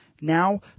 Now